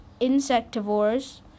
insectivores